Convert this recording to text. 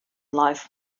life